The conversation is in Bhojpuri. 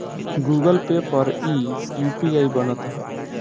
गूगल पे पर इ यू.पी.आई बनत हअ